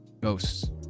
Ghosts